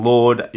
Lord